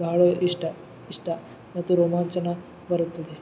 ಬಹಳ ಇಷ್ಟ ಇಷ್ಟ ಮತ್ತು ರೋಮಾಂಚನ ಬರುತ್ತದೆ